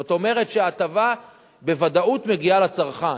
זאת אומרת שההטבה בוודאות מגיעה לצרכן,